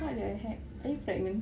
what the heck are you pregnant